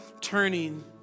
turning